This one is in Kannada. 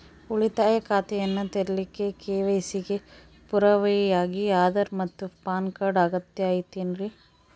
ಉಳಿತಾಯ ಖಾತೆಯನ್ನ ತೆರಿಲಿಕ್ಕೆ ಕೆ.ವೈ.ಸಿ ಗೆ ಪುರಾವೆಯಾಗಿ ಆಧಾರ್ ಮತ್ತು ಪ್ಯಾನ್ ಕಾರ್ಡ್ ಅಗತ್ಯ ಐತೇನ್ರಿ?